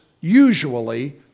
usually